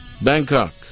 Bangkok